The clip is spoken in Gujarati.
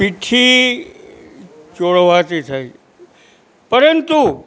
પીઠી ચોળવાથી થાય પરંતુ